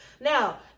now